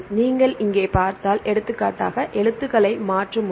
நீங்கள் இங்கே பார்த்தால் எடுத்துக்காட்டாக எழுத்துக்களை மாற்றும் ஒன்று